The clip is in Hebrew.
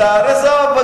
עזוב,